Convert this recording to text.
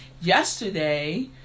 yesterday